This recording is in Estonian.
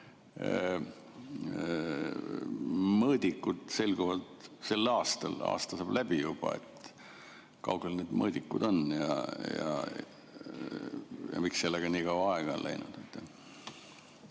mõõdikud selguvad sel aastal. Aasta saab juba läbi. Kui kaugel need mõõdikud on ja miks sellega nii kaua aega on läinud?